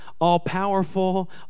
all-powerful